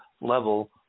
level